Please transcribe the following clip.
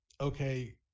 okay